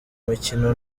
mikino